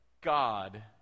God